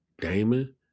damon